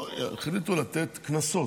או יחליטו לתת קנסות,